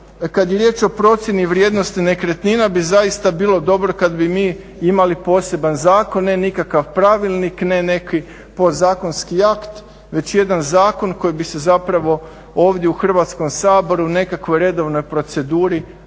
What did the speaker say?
kad je riječ o procjeni vrijednosti nekretnina bi zaista bilo dobro kad bi mi imali poseban zakon, ne nikakav pravilnik ne neki podzakonski akt već jedan zakon koji bi se zapravo ovdje u Hrvatskom saboru u nekakvoj redovnoj proceduri donio i